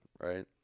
Right